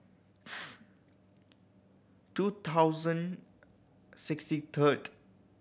two thousand sixty third